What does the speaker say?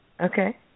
Okay